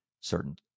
certain